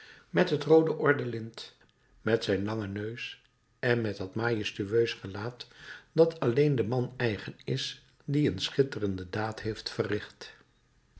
met het roode ordelint met zijn langen neus en met dat majestueus gelaat dat alleen den man eigen is die een schitterende daad heeft verricht